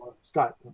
Scott